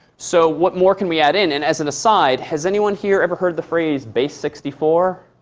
so what more can we add in? and as an aside, has anyone here, ever heard the phrase base sixty four?